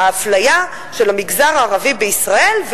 האפליה של המגזר הערבי בישראל,